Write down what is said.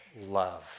love